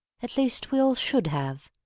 at least we all should have.